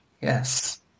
Yes